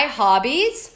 hobbies